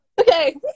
Okay